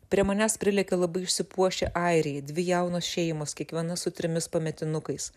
prie manęs prilekia labai išsipuošę airiai dvi jaunos šeimos kiekviena su trimis pametinukais